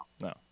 no